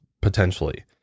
potentially